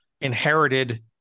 inherited